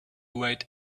wait